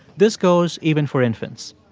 this goes even for infants.